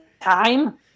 time